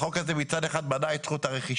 החוק הזה מצד אחד מנע את זכות הרכישה,